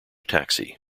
taxi